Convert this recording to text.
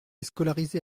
scolarisé